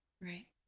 Right